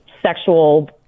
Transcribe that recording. sexual